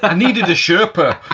and needed a sherpa.